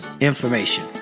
information